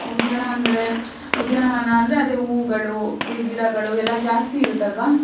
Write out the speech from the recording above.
ಉದ್ಯಾನವಂದರೆ ಉದ್ಯಾನವನ ಅಂದರೆ ಅದೇ ಹೂವುಗಳು ಈ ಗಿಡಗಳು ಎಲ್ಲ ಜಾಸ್ತಿ ಇರುತ್ತಲ್ವಾ